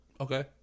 Okay